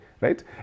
right